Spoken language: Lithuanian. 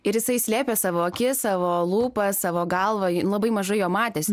ir jisai slėpė savo akis savo lūpas savo galvą labai maža jo matėsi